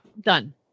done